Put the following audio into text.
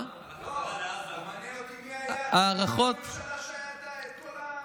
מעניין אותי מי היה בממשלה כשהיה כל מה